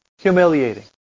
humiliating